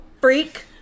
Freak